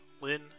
Lynn